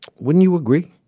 wouldn't you agree.